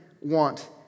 want